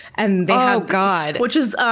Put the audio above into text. and oh, god! which is